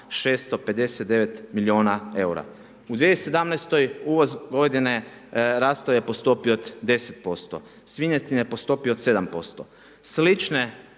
659 miliona eura. U 2017. uvoz govedine rastao je po stopi od 10%, svinjetine po stopi od 7%, slične